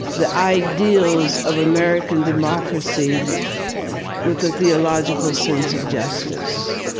the ideals of american democracy with a theological sense of justice.